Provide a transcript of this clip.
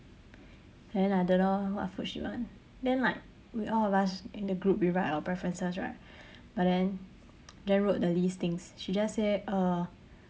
then I don't know what food she want then like we all of us in the group we write our preferences right but then jen wrote the least things she just said uh